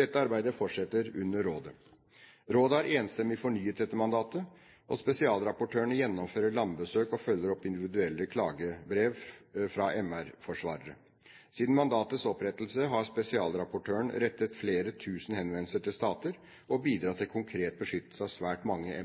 Dette arbeidet fortsetter under rådet. Rådet har enstemmig fornyet dette mandatet. Spesialrapportøren gjennomfører landbesøk og følger opp individuelle klagebrev fra MR-forsvarere. Siden mandatets opprettelse har spesialrapportøren rettet flere tusen henvendelser til stater og bidratt til konkret beskyttelse av svært mange